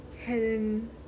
Helen